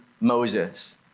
Moses